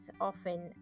often